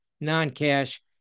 non-cash